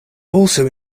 also